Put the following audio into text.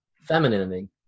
femininity